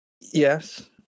Yes